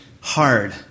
Hard